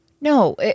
No